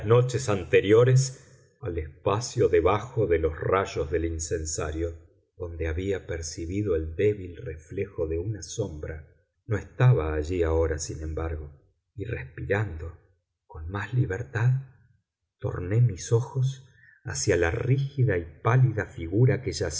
noches anteriores al espacio debajo de los rayos del incensario donde había percibido el débil reflejo de una sombra no estaba allí ahora sin embargo y respirando con más libertad torné mis ojos hacia la rígida y pálida figura que yacía